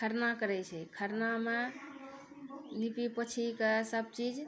खरना करै छै खरना मे नीपि पोछि कऽ सभचीज